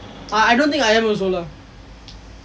I I don't think I am also lah